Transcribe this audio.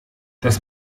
das